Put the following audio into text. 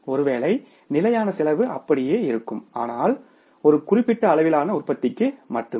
ஒருவேளை நிலையான செலவு அப்படியே இருக்கும் ஆனால் ஒரு குறிப்பிட்ட அளவிலான உற்பத்திக்கு மட்டும